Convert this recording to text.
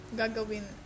gagawin